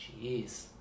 Jeez